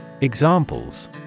Examples